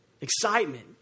Excitement